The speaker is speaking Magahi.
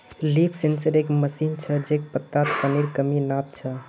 लीफ सेंसर एक मशीन छ जे पत्तात पानीर कमी नाप छ